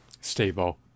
stable